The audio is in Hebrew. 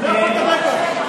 אני לא יכול לדבר ככה.